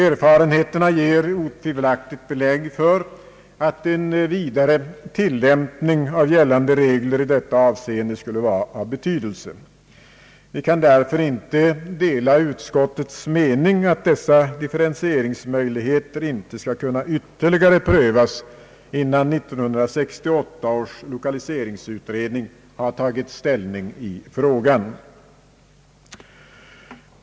Erfarenheterna ger otvivelaktigt belägg för att en vidare tillämpning av gällande regler i detta avseende skulle vara av betydelse. Vi kan därför inte dela utskottets mening att dessa differentieringsmöjligheter inte skall kunna ytterligare prövas förrän 1968 års lokaliseringsutredning tagit ställning i frågan.